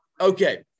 Okay